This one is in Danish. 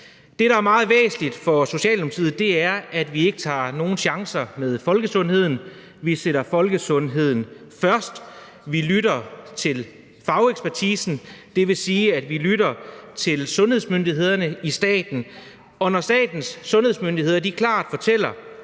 Det, der er meget væsentligt for Socialdemokratiet, er, at vi ikke tager nogen chancer med folkesundheden; vi sætter folkesundheden først; vi lytter til fagekspertisen. Det vil sige, at vi lytter til sundhedsmyndighederne i staten, og når statens sundhedsmyndigheder klart fortæller,